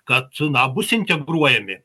kad na bus integruojami